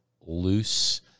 loose